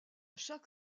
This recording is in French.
chaque